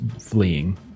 fleeing